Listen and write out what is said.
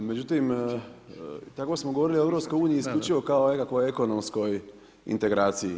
Međutim, tako smo govorili o EU, isključivo kao nekakvoj ekonomskoj integraciji.